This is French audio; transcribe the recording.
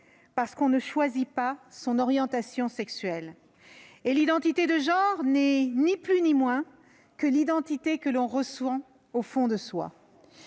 parce que l'on ne choisit pas son orientation sexuelle et parce que l'identité de genre n'est ni plus ni moins que l'identité que l'on ressent au fond de soi.